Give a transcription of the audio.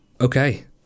Okay